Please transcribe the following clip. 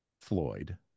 Floyd